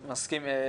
מסכים.